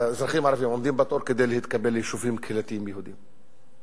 שהאזרחים הערבים עומדים בתור כדי להתקבל ליישובים קהילתיים יהודיים.